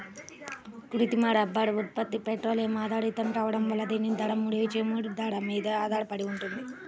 కృత్రిమ రబ్బరు ఉత్పత్తి పెట్రోలియం ఆధారితం కావడం వల్ల దీని ధర, ముడి చమురు ధర మీద ఆధారపడి ఉంటుంది